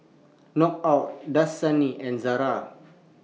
Knockout Dasani and Zara